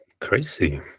Crazy